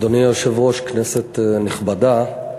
אדוני היושב-ראש, כנסת נכבדה,